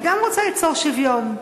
גם אני רוצה ליצור שוויון.